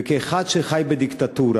וכאחד שחי בדיקטטורה,